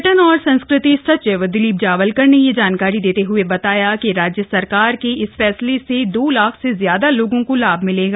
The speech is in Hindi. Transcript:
पर्यटन एवं संस्कृति सचिव दिलीप जावलकर ने यह जानकारी देते हुए बताया कि राज्य सरकार के इस फैसले से दो लाख से ज्यादा लोगों को लाभ मिलेगा